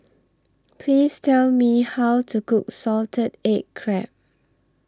Please Tell Me How to Cook Salted Egg Crab